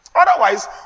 otherwise